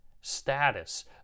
status